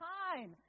time